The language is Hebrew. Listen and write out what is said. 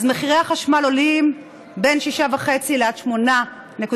אז מחירי החשמל עולים בין 6.5% ל-8.1%,